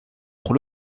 pour